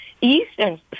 Eastern